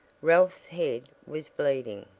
ralph's head was bleeding.